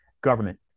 government